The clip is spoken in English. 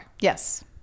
Yes